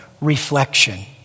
reflection